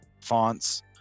fonts